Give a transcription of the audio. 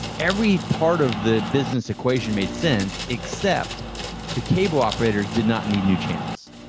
every part of the business equation made sense except the cable operators did not need new channels.